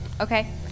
Okay